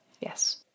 Yes